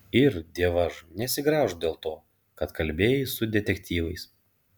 ir dievaž nesigraužk dėl to kad kalbėjai su detektyvais